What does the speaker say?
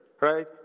right